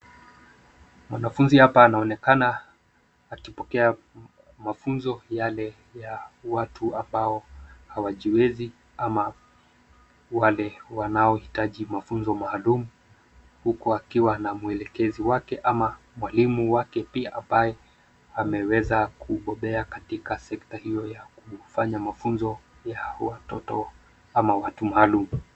Wanafunzi hapa anaonekana akipokea mafunzo yale ya watu ambao hawajiwezi ama wale wanaohitaji mafunzo maalum huku akiwa na mwelekezi wake ama mwalimu wake pia ambaye ameweza kubobea katika sekta hiyo ya kufanya mafunzo ya hawa watoto ama watu maalum.